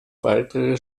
weitere